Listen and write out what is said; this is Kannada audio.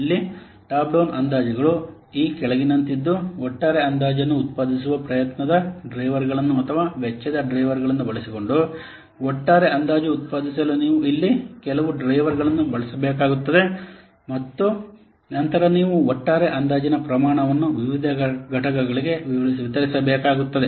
ಇಲ್ಲಿ ಟಾಪ್ ಡೌನ್ ಅಂದಾಜುಗಳು ಈ ಕೆಳಗಿನಂತಿದ್ದು ಒಟ್ಟಾರೆ ಅಂದಾಜನ್ನು ಉತ್ಪಾದಿಸುವ ಪ್ರಯತ್ನದ ಡ್ರೈವರ್ಗಳನ್ನು ಅಥವಾ ವೆಚ್ಚದ ಡ್ರೈವರ್ಗಳನ್ನು ಬಳಸಿಕೊಂಡು ಒಟ್ಟಾರೆ ಅಂದಾಜು ಉತ್ಪಾದಿಸಲು ನೀವು ಇಲ್ಲಿ ಕೆಲವು ಡ್ರೈವರ್ ಗಳನ್ನು ಬಳಸಬೇಕಾಗುತ್ತದೆ ಮತ್ತು ನಂತರ ನೀವು ಒಟ್ಟಾರೆ ಅಂದಾಜಿನ ಪ್ರಮಾಣವನ್ನು ವಿವಿಧ ಘಟಕಗಳಿಗೆ ವಿತರಿಸಬೇಕಾಗುತ್ತದೆ